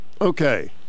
Okay